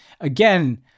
Again